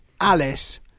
Alice